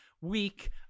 week